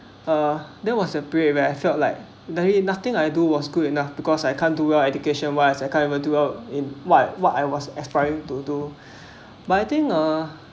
uh there was a period where I felt like the really nothing I do was good enough because I can't do well education wise I can do what I was aspiring to do but I think uh